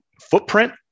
footprint